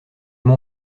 mon